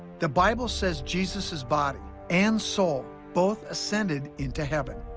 the bible says jesus' body and soul both ascended into heaven.